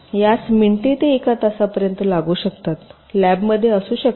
यास मिनिटे ते एका तासा पर्यंत लागू शकतात लॅबमध्ये असू शकतात